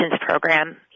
program